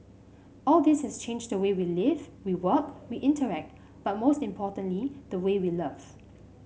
all this has changed the way we live we work we interact but most importantly the way we love